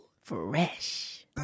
Fresh